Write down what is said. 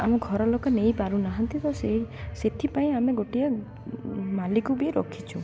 ଆମ ଘରଲୋକ ନେଇ ପାରୁନାହାନ୍ତି ତ ସେଇ ସେଥିପାଇଁ ଆମେ ଗୋଟିଏ ମାଳିକୁ ବି ରଖିଛୁ